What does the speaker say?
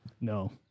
No